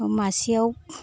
मासेयाव